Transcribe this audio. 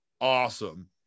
awesome